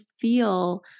feel